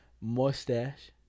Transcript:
Mustache